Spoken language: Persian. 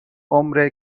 عمر